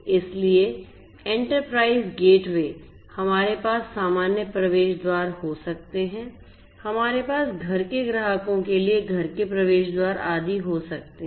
इसलिए enterprise gateway हमारे पास सामान्य प्रवेश द्वार हो सकते हैं हमारे पास घर के ग्राहकों के लिए घर के प्रवेश द्वार आदि हो सकते हैं